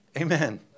Amen